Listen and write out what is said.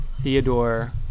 Theodore